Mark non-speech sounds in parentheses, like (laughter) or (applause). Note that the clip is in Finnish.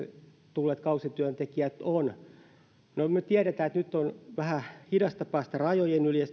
tulleet kausityöntekijät ovat no me tiedämme että nyt on vähän hidasta päästä rajojen yli (unintelligible)